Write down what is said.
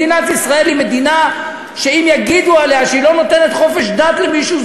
מדינת ישראל היא מדינה שאם יגידו עליה שהיא לא נותנת חופש דת למישהו,